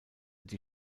die